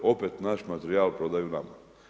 Opet naš materijal prodaju nama.